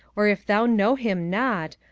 or if thou know him not,